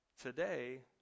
today